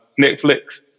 Netflix